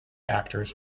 actors